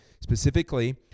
specifically